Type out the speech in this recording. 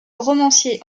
romancier